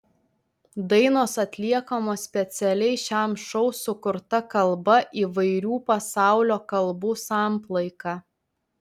dainos atliekamos specialiai šiam šou sukurta kalba įvairių pasaulio kalbų samplaika